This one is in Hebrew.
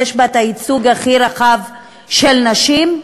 יש את הייצוג הכי רחב של נשים,